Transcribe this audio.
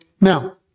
now